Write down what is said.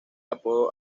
apodo